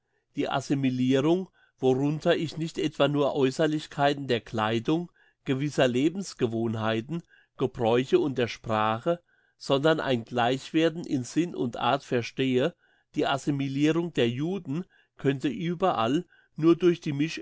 die assimilirung worunter ich nicht etwa nur aeusserlichkeiten der kleidung gewisser lebensgewohnheiten gebräuche und der sprache sondern ein gleichwerden in sinn und art verstehe die assimilirung der juden könnte überall nur durch die